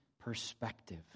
perspective